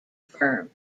firm